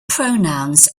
pronouns